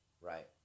Right